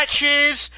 matches